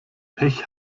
pech